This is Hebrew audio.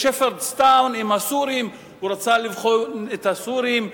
בשפרדסטאון, עם הסורים, הוא רצה לבחון את הסורים,